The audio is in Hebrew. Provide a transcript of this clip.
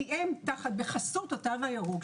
כי הם בחסות התו הירוק,